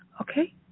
Okay